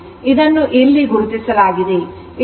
ಇದನ್ನು ಇಲ್ಲಿ ಗುರುತಿಸಲಾಗಿದೆ